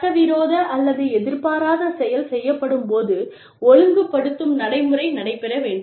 சட்டவிரோத அல்லது எதிர்பாராத செயல் செய்யப்படும்போது ஒழுங்குபடுத்தும் நடைமுறை நடைபெற வேண்டும்